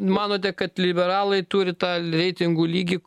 manote kad liberalai turi tą reitingų lygį